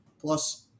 Plus